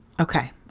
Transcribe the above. Okay